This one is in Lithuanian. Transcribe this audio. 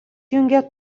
jungia